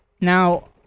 Now